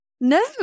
no